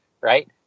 right